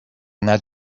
not